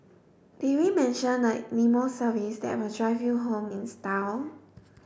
did we mention the limo service that will drive you home in style